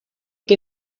qué